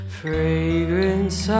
fragrance